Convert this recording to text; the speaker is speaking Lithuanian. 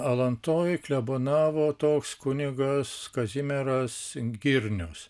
alantoj klebonavo toks kunigas kazimieras girnius